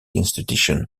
institutions